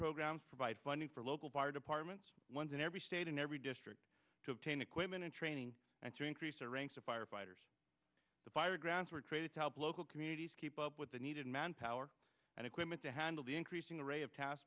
programs provide funding for local fire departments ones in every state and every district to obtain equipment and training and to increase their ranks of firefighters the fire grants were created to help local communities keep up with the needed manpower and equipment to handle the increasing array of t